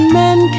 men